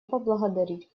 поблагодарить